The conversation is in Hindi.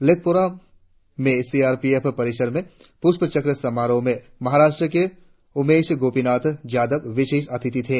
लेथपोरा में सी आर पी एफ परिसर में पुष्पचक्र समारोह में महाराष्ट्र के उमेश गोपीनाथ जाधव विशेष अतिथि थे